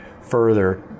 further